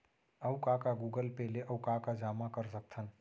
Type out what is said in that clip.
अऊ का का गूगल पे ले अऊ का का जामा कर सकथन?